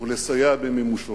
ולסייע במימושו.